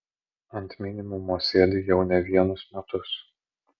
ant minimumo sėdi jau ne vienus metus